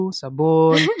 sabon